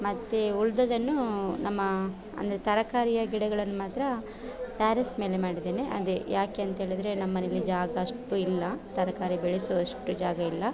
ಮತ್ತು ಉಳಿದದ್ದನ್ನು ನಮ್ಮ ಅಂದರೆ ತರಕಾರಿಯ ಗಿಡಗಳನ್ನು ಮಾತ್ರ ಟ್ಯಾರಿಸ್ ಮೇಲೆ ಮಾಡಿದ್ದೇನೆ ಅದೇ ಯಾಕೆ ಅಂತ್ಹೇಳಿದ್ರೆ ನಮ್ಮನೇಲಿ ಜಾಗ ಅಷ್ಟು ಇಲ್ಲ ತರಕಾರಿ ಬೆಳೆಸುವಷ್ಟು ಜಾಗ ಇಲ್ಲ